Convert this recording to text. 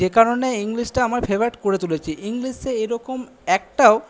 যে কারণে ইংলিশটা আমার ফেভারিট করে তুলেছি ইংলিশে এরকম একটাও